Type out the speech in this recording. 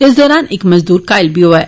इस दौरान इक मजदूर घायल बी होआ ऐ